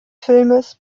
filmes